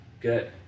Good